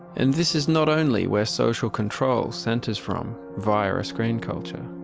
and this is not only where social control centres from via a screen culture,